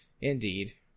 Indeed